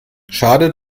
schade